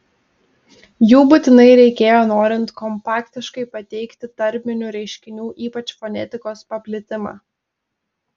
jų būtinai reikėjo norint kompaktiškai pateikti tarminių reiškinių ypač fonetikos paplitimą